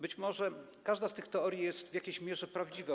Być może każda z tych teorii jest w jakiejś mierze prawdziwa.